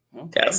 Okay